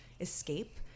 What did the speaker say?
escape